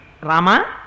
Rama